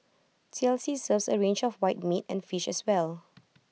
T L C serves A range of white meat and fish as well